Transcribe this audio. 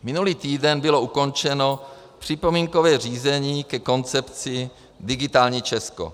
Minulý týden bylo ukončeno připomínkové řízení ke koncepci digitální Česko.